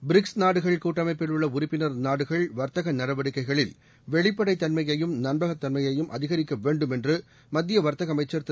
BRICS நாடுகள் கூட்டமைப்பில் உள்ள உறப்பினர் நாடுகள் வர்த்தக நடவடிக்கைகளில் வெளிப்படைத்தன்மையும் நம்பகத் தன்மையையும் அதிகரிக்க வேண்டும் என்று மத்திய வர்த்தக அமைச்சர் திரு